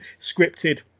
scripted